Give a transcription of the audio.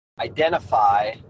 identify